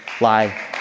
lie